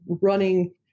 running